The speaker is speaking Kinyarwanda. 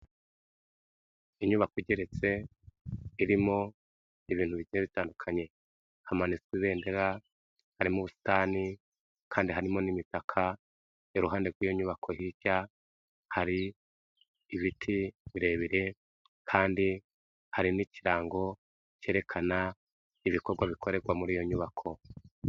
Inyubako igeretse irimo ibintu bigiye bitandukanye, hamanitswe ibendera, harimo ubusitani kandi harimo n'imipaka, iruhande rw'iyo nyubako hirya hari ibiti birebire kandi hari n'ikirango kerekana ibikorwa bikorerwa muri iyo nyubako.